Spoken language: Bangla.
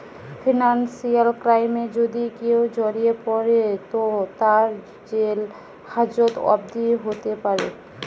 ফিনান্সিয়াল ক্রাইমে যদি কেও জড়িয়ে পড়ে তো তার জেল হাজত অবদি হোতে পারে